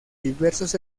diversos